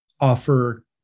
offer